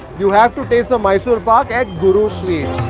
you have to taste the mysore pak at guru sweets.